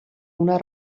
una